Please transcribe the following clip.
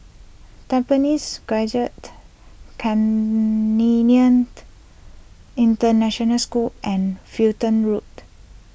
Tampines can lenient International School and Fulton Road